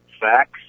facts